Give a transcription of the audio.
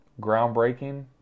groundbreaking